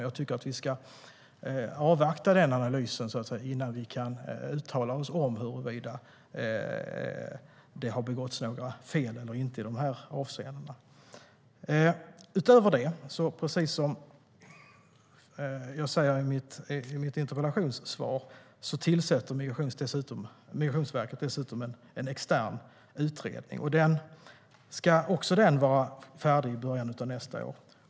Jag tycker att vi ska avvakta denna analys innan vi uttalar oss om huruvida det har begåtts några fel eller inte i dessa avseenden.I mitt interpellationssvar säger jag att Migrationsverket tillsätter en extern utredning. Också den ska vara färdig i början av nästa år.